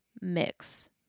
mix